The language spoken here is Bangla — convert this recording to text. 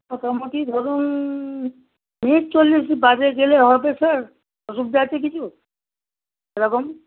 মোটামুটি ধরুন মিনিট চল্লিশ বাদে গেলে হবে স্যার অসুবিধা আছে কিছু সেরকম